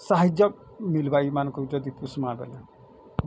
ସାହାଯ୍ୟ ମିଲ୍ବା ଏମାନଙ୍କୁ ଯଦି ପୋଷିମା ବୋଲେ